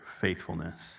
faithfulness